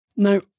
Now